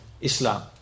Islam